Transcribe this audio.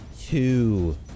Two